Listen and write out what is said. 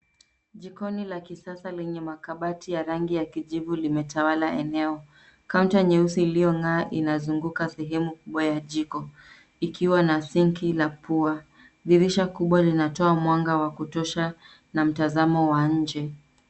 Jikoni ya kisasa yenye makabati ya rangi ya kijivu limetawala eneo. Kaunta nyeusi iliyong'aa inazunguka sehemu kubwa ya jiko ikiwa na sinki la pua. Dirisha kubwa linatoa mwanga wa kutosha na mtazamo wa nje.